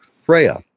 Freya